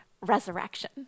resurrection